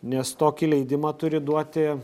nes tokį leidimą turi duoti